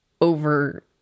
over